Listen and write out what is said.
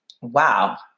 Wow